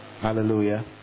Hallelujah